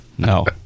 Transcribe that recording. No